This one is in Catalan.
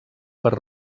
per